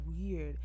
weird